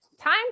Time